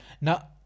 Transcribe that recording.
Now